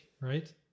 right